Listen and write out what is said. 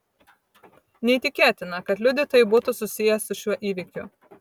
neįtikėtina kad liudytojai būtų susiję su šiuo įvykiu